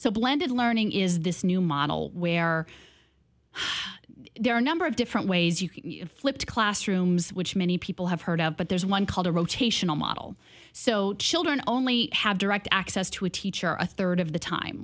so blended learning is this new model where there are a number of different ways you can flip classrooms which many people have heard of but there's one called a rotational model so children only have direct access to a teacher a third of the time